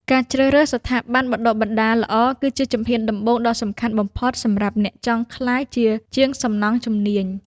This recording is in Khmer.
ការជ្រើសរើសស្ថាប័នបណ្តុះបណ្តាលល្អគឺជាជំហានដំបូងដ៏សំខាន់បំផុតសម្រាប់អ្នកចង់ក្លាយជាជាងសំណង់ជំនាញ។